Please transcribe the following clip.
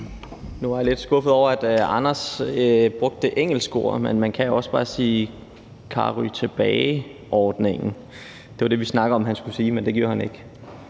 Nu var jeg lidt skuffet over, at Anders brugte det engelske ord, men man kan jo også bare sige karry tilbage-ordningen. Det var det, vi snakkede om at han skulle sige, men det gjorde han ikke.